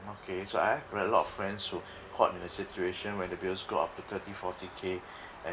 okay so I have a lot of friends who caught in a situation where the bills go up to thirty forty K and